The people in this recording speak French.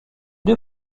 deux